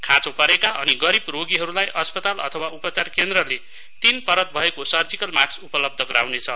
खाँचो परेका अनि गरीब रोगीहरूलाई अस्पताल अथवा उपचार केन्द्रले तीन परत भएको सर्जिकल मास्क उपलब्ध गराउने छ